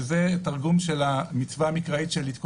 וזה תרגום של המצווה המקראית של לתקוע